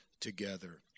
together